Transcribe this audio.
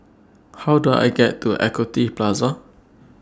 How Do I get to Equity Plaza